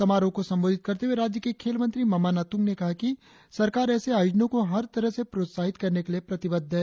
समारोह को संबोधित करते हुए राज्य के खेल मंत्री मामा नातुंग ने कहा कि सरकार ऐसे आयोजनों को हर तरह से प्रोत्साहित करने के लिए प्रतिबद्ध है